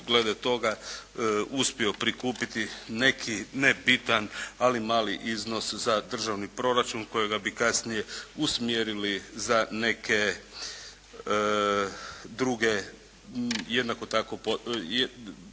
glede toga uspio prikupiti neki, ne bitan ali mali iznos za državni proračun kojega bi kasnije usmjerili za neke druge potrebe.